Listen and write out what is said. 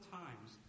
times